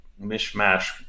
mishmash